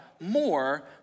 more